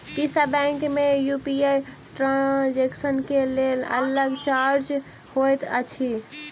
की सब बैंक मे UPI transaction केँ लेल अलग चार्ज होइत अछि?